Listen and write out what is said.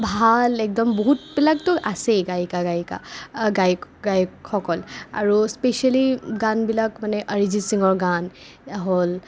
ভাল একদম বহুতবিলাকতো আছেই গায়িকা গায়িকা গায়ক গায়কসকল আৰু স্পেচিয়েলি গানবিলাক মানে আৰিজিত সিঙৰ গান হ'ল